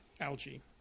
Algae